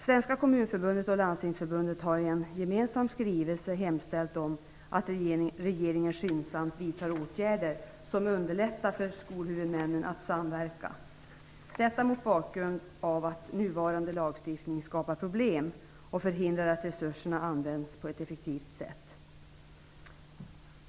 Svenska Kommunförbundet och Landstingsförbundet har i en gemensam skrivelse hemställt om att regeringen skyndsamt vidtar åtgärder som underlättar för skolhuvudmännen att samverka; detta mot bakgrund av att nuvarande lagstiftning skapar problem och förhindrar att resurserna används på ett effektivt sätt.